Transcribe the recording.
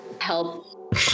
Help